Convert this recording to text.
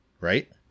right